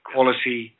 Quality